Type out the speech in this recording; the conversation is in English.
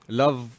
love